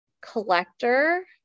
collector